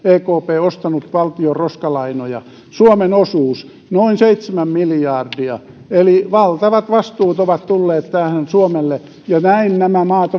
ekp ostanut valtion roskalainoja suomen osuus noin seitsemän miljardia eli valtavat vastuut ovat tulleet tähän suomelle ja näin nämä maat